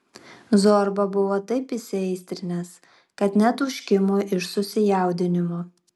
zorba buvo taip įsiaistrinęs kad net užkimo iš susijaudinimo